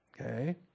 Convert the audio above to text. Okay